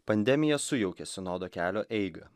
pandemija sujaukė sinodo kelio eigą